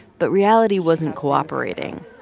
but reality wasn't cooperating.